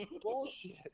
bullshit